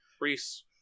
Reese